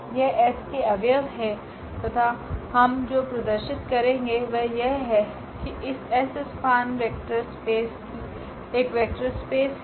यह S के अव्यव है तथा हम जो प्रदर्शित करेगे वह यह है कि इस S स्पान वेक्टर स्पेस कि एक वेक्टर स्पेस हैं